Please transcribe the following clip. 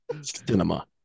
cinema